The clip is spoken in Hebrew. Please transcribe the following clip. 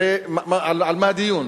הרי על מה הדיון?